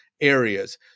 Areas